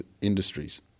industries